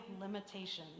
limitations